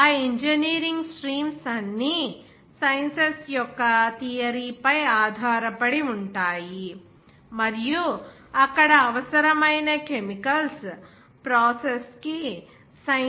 ఆ engineering streams అన్నీ sciences యొక్క థియరీ పై ఆధారపడి ఉంటాయి మరియు అక్కడ అవసరమైన కెమికల్స్ ప్రాసెస్ కి సైన్సెస్ అప్లై చేయబడతాయి